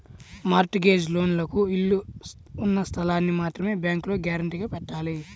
mart gauge లోన్లకు ఇళ్ళు ఉన్న స్థలాల్ని మాత్రమే బ్యేంకులో గ్యారంటీగా పెట్టాలి